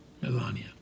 Melania